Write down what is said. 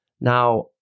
Now